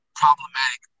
problematic